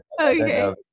Okay